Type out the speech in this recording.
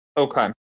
Okay